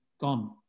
gone